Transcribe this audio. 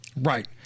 Right